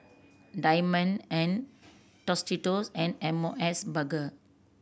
Diamond and Tostitos and M O S Burger